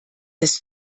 des